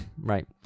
right